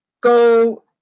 go